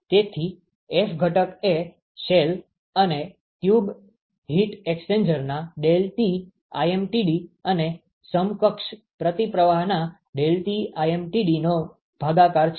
તેથી F ઘટક એ શેલ અને ટ્યુબ હીટ એક્સ્ચેન્જરના ∆Tlmtd અને સમકક્ષ પ્રતિપ્રવાહના ∆Tlmtd નો ભાગાકાર છે